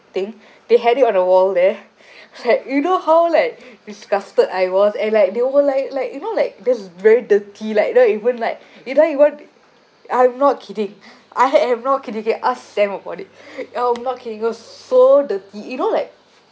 thing they had it on the wall there like you know how like disgusted I was and like they were like like you know like there's very dirty like you know even like you don't even I'm not kidding I had am not kidding you can ask sam about it I'm not kidding it was so dirty you know like